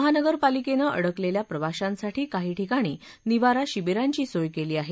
महानगरपालिकेनं अडकलेल्या प्रवाशांसाठी काही ठिकाणी निवारा शिविरांची सोय केली आहे